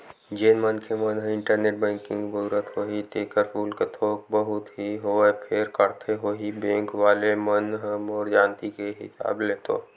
जेन मनखे मन ह इंटरनेट बेंकिग बउरत होही तेखर सुल्क थोक बहुत ही होवय फेर काटथे होही बेंक वले मन ह मोर जानती के हिसाब ले तो